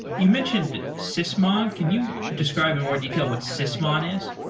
you mentioned sysmon. can you describe in more detail what sysmon is?